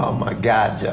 um my god, john.